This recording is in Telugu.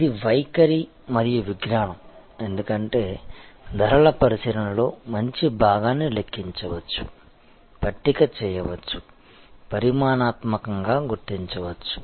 ఇది వైఖరి మరియు విజ్ఞానం ఎందుకంటే ధరల పరిశీలనలో మంచి భాగాన్ని లెక్కించవచ్చు పట్టిక చేయవచ్చు పరిమాణాత్మకంగా గుర్తించవచ్చు